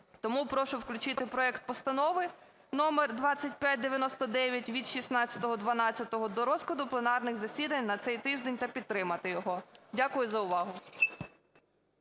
Тому прошу включити проект Постанови № 2599 від 16.12 до розкладу пленарних засідань на цей тиждень та підтримати його. Дякую за увагу.